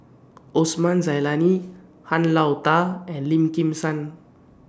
Osman Zailani Han Lao DA and Lim Kim San